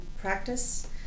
practice